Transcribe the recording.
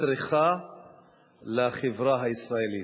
צריכה לחברה הישראלית.